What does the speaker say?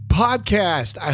podcast